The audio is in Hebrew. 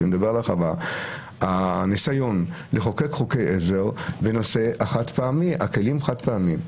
שאני מדבר על הרחבה הניסיון לחוקק חוקי עזר בנושא הכלים החד-פעמיים.